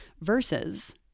Versus